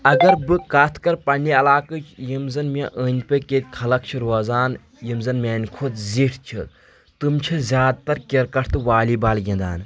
اگر بہٕ کتھ کرٕ پننہِ علاقٕچ یِم زن مےٚ أنٛدۍ پٔکۍ ییٚتہِ خلق چھ روزان یِم زن میانہِ کھۄتہٕ زِٹھۍ چھ تٔم چھِ زیادٕ تر کرکٹ تہٕ والی بال گِنٛدان